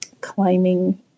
climbing